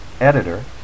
editor